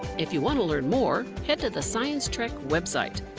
if you want to learn more, head to the science trek website.